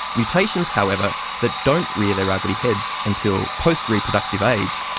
mutations, however, that don't rear their ugly heads until post-reproductive age,